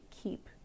keep